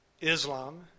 Islam